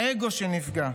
האגו שנפגע,